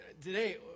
today